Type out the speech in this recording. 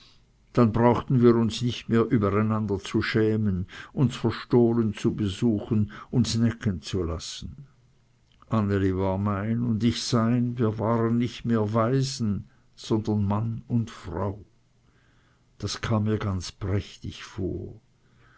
dann brauchten wir uns nicht mehr über einander zu schämen uns verstohlen zu besuchen uns necken zu lassen anneli war mein und ich sein wir waren nicht mehr waisen sondern mann und frau das kam mir ganz prächtig vor